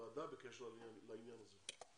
בוועדה בקשר לעניין הזה.